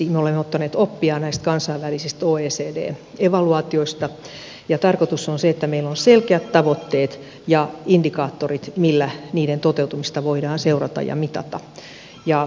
me olemme ottaneet oppia näistä kansainvälisistä oecd evaluaatioista ja tarkoitus on se että meillä on selkeät tavoitteet ja indikaattorit millä niiden toteutumista voidaan seurata ja mitata